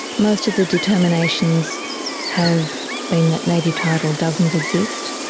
most of the determinations have been that native title doesn't exist.